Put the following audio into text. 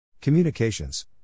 Communications